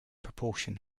proportion